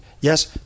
yes